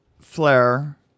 flare